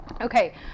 Okay